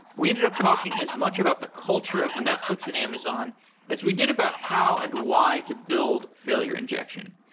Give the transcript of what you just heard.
we ended up talking as much about the culture of netflix and amazon as we did about how and why to build failure injection.